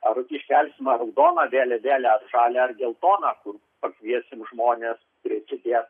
ar iškelsim ar raudoną vėlevėlę ar žalią ar geltoną kur pakviesim žmones prisidėt